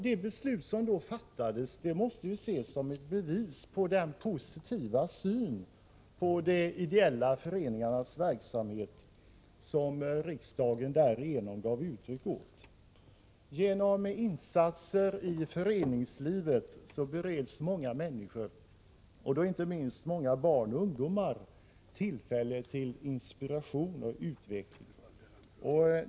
Det beslut som då fattades måste ses som ett bevis på riksdagens positiva syn på de ideella föreningarnas verksamhet. Genom insatser i föreningslivet bereds många människor, inte minst många barn och ungdomar, tillfälle till inspiration och utveckling.